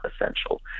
essential